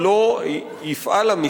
לגבי התשלום?